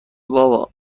بابا